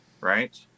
right